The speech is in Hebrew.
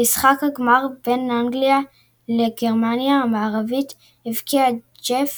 במשחק הגמר בין אנגליה לגרמניה המערבית הבקיע ג'ף